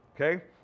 okay